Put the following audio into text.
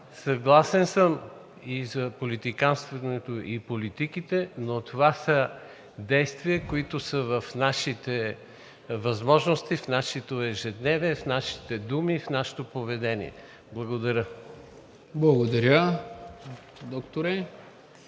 Съгласен съм и за политиканстването и политиките, но това са действия, които са в нашите възможности, в нашето ежедневие, в нашите думи, в нашето поведение. Благодаря. ПРЕДСЕДАТЕЛ